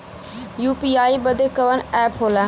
UPI बदे कवन app होला?